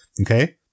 okay